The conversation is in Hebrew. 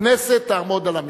הכנסת תעמוד על המשמר.